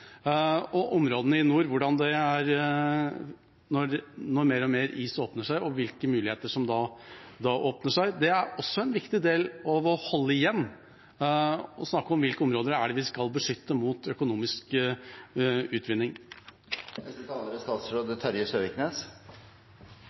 i områdene i nord åpner mer og mer is seg – hvilke muligheter gir det? En viktig del av å holde igjen er også å snakke om hvilke områder vi skal beskytte mot økonomisk